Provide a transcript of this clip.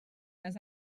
les